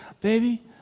baby